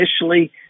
initially